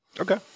Okay